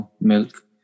milk